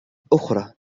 أخرى